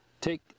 take